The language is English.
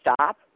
stop